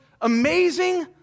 amazing